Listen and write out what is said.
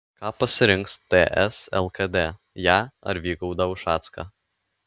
ką pasirinks ts lkd ją ar vygaudą ušacką